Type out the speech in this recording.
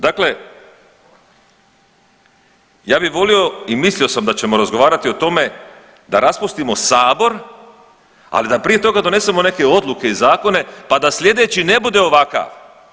Dakle, ja bi volio i mislio sam da ćemo razgovarati o tome da raspustimo sabor, ali da prije toga donesemo neke odluke i zakone pa da slijedeći ne bude ovakav.